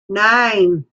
nine